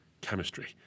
chemistry